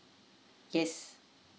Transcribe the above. yes